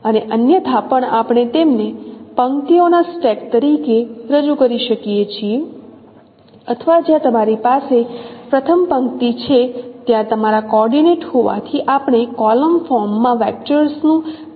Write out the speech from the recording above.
અને અન્યથા પણ આપણે તેમને પંક્તિઓના સ્ટેક તરીકે રજૂ કરી શકીએ છીએ અથવા જ્યાં તમારી પાસે પ્રથમ પંક્તિ છે ત્યાં તમારા કોર્ડિનેટ હોવાથી આપણે કોલમ ફોર્મમાં વેક્ટરનું પ્રતિનિધિત્વ કરીએ છીએ